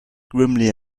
grimly